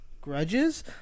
Grudges